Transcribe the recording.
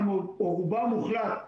או רובו המוחלט,